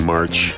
March